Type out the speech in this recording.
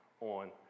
on